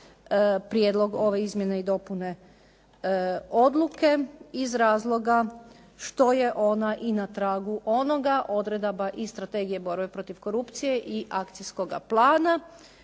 prijedlog ove izmjene i dopune odluke, iz razloga što je ona i na tragu onoga odredaba i strategije borbe protiv korupcije i akcijskoga plana